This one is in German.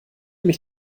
mich